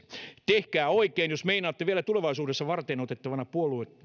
tehkää oikein jos meinaatte vielä tulevaisuudessa varteenotettavana puolueena